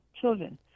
children